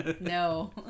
No